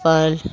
पर